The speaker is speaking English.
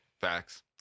Facts